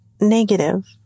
negative